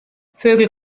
vögel